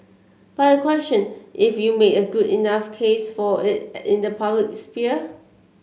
but I question if you've made a good enough case for it in the public sphere